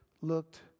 looked